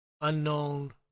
unknown